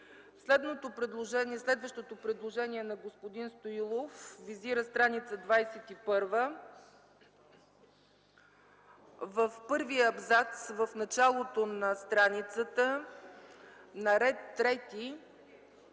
Следващото предложение на господин Стоилов визира стр. 21 – в първия абзац, в началото на страницата, на ред трети